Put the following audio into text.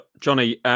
Johnny